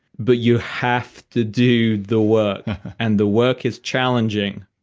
but you have to do the work and the work is challenging.